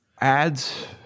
Ads